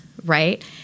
Right